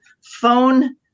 phone